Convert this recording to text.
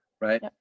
Right